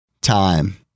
time